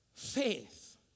Faith